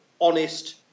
honest